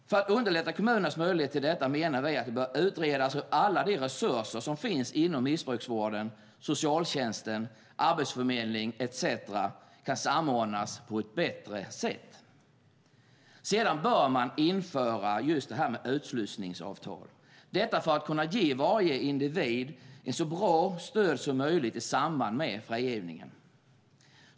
För att underlätta kommunernas möjlighet till detta menar vi att det bör utredas hur alla de resurser som finns inom missbruksvård, socialtjänst, arbetsförmedling etcetera kan samordnas på ett bättre sätt. Sedan bör man införa utslussningsavtal, detta för att kunna ge varje individ ett så bra stöd som möjligt i samband med frigivningen.